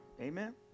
amen